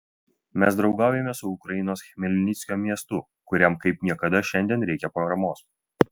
mes draugaujame su ukrainos chmelnickio miestu kuriam kaip niekad šiandien reikia paramos